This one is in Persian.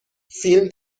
فیلم